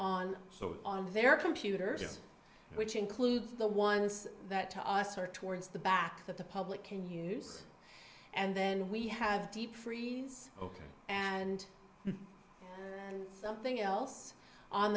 so on their computers which includes the ones that to us are towards the back of the public can use and then we have deep freeze ok and something else on